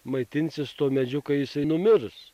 maitinsis tuo medžiu kai jisai numirs